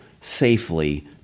safely